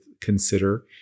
consider